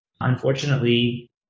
Unfortunately